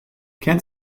kent